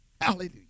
Hallelujah